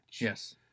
Yes